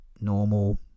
normal